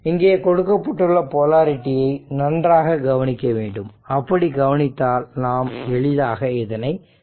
இங்கே கொடுக்கப்பட்டுள்ள போலரிடியை நன்றாக கவனிக்க வேண்டும் அப்படி கவனித்தால் நாம் எளிதாக இதனை தீர்க்கலாம்